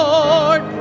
Lord